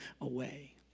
away